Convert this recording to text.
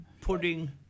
putting